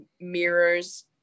mirrors